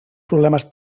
problemes